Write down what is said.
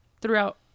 throughout